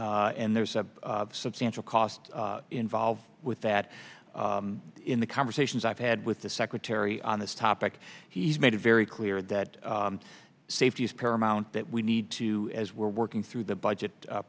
and there's a substantial cost involved with that in the conversations i've had with the secretary on this topic he's made it very clear that safety is paramount that we need to as we're working through the budget